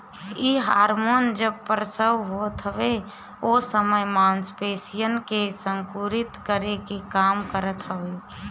इ हार्मोन जब प्रसव होत हवे ओ समय मांसपेशियन के संकुचित करे के काम करत हवे